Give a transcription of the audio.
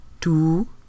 two